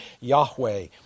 Yahweh